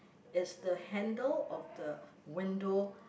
is the handle of the window